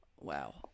Wow